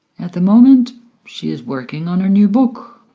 at the moment she is working on her new book